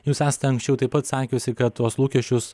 jūs esate anksčiau taip pat sakiusi kad tuos lūkesčius